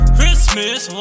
Christmas